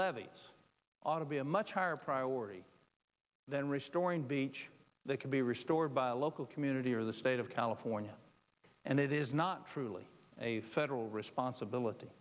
levees ought to be a much higher priority than restoring beach that could be restored by a local community or the state of california and it is not truly a federal responsibility